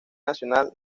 nacional